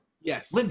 Yes